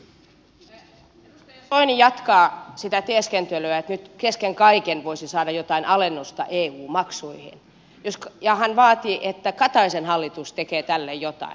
edustaja soini jatkaa sitä teeskentelyä että nyt kesken kaiken voisi saada jotain alennusta eu maksuihin ja hän vaatii että kataisen hallitus tekee tälle jotain